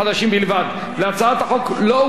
להצעת החוק לא הוגשו הסתייגויות,